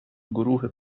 گروه